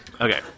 Okay